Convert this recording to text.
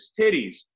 titties